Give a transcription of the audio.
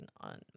on